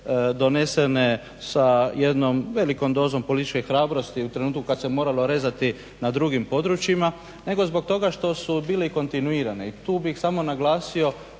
donesene sa jednom velikom dozom političke hrabrosti u trenutku kad se moralo rezati na drugim područjima nego zbog toga što su bile kontinuirane. I tu bih samo naglasio